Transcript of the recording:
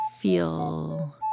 feel